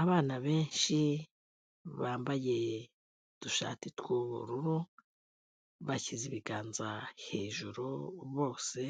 Abana benshi bambaye udushati tw'ubururu, bashyize ibiganza hejuru bose,